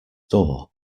door